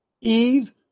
Eve